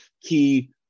key